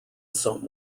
some